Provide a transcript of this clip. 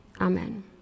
amen